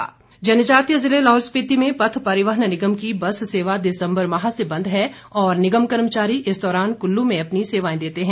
बस सेवा जनजातीय ज़िले लाहौल स्पिति में पथ परिवहन निगम की बस सेवा दिसम्बर माह से बंद है और निगम कर्मचारी इस दौरान कुल्लू में अपनी सेवाएं देते हैं